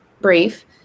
brief